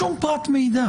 שום פרט מידע